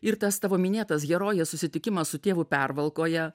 ir tas tavo minėtas herojės susitikimas su tėvu pervalkoje